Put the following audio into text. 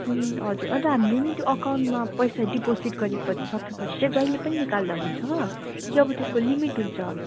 हजुर अन्त हामीले नि त्यो अकाउन्टमा पैसा डिपोजिट गरेपछि सकेपछि चाहिँ जहिले पनि निकाल्दा हुन्छ कि अब त्यसको लिमिट हुन्छ